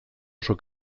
oso